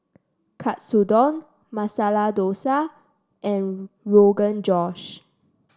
Katsudon Masala Dosa and Rogan Josh